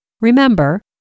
Remember